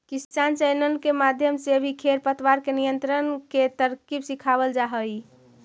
किसान चैनल के माध्यम से भी खेर पतवार के नियंत्रण के तरकीब सिखावाल जा हई